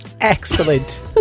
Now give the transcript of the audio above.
Excellent